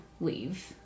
leave